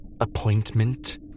appointment